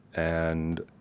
and